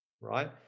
Right